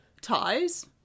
Ties